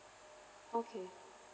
okay